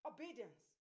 Obedience